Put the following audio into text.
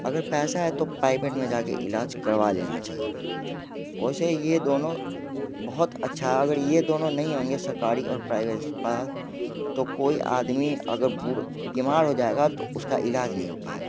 अगर पैसा है तो पाइवेट में जा कर इलाज करवा लेना चाहिए वैसे ये दोनों बहुत अच्छा अगर ये दोनों नहीं होएंगे सरकारी और प्राइवेट अस्पा तो कोई आदमी अगर बुड़ बीमार हो जाएगा तो उसका इलाज नहीं हो पाएगा